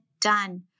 done